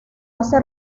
hace